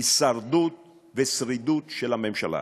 הישרדות ושרידות של הממשלה.